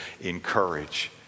encourage